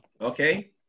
Okay